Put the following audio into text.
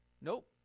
nope